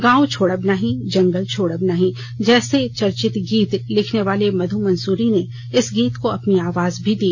गांव छोड़ब नाही जंगल छोड़ब नहीं जैसे चर्चित गीत लिखने वाले मधु मंसूरी ने इस गीत को अपनी आवाज भी दी